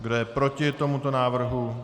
Kdo je proti tomuto návrhu?